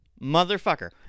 motherfucker